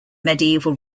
medieval